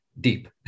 deep